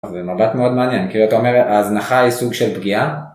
זה מבט מאוד מעניין, כאילו אתה אומר הזנחה היא סוג של פגיעה?